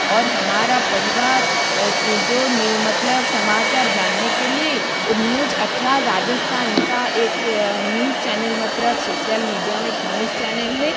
और हमारा परिवार ये जो मतलब समाचार जानने के लिए ओ न्यूज अठारह राजस्थान का एक न्यूज़ चैनल मतलब सोसियल मीडिया में एक न्यूज़ चैनल है